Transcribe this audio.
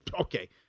Okay